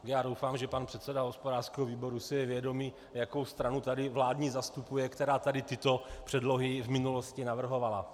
Já doufám, že pan předseda hospodářského výboru si je vědom, jakou vládní stranu tady zastupuje, která tady tyto předlohy v minulosti navrhovala.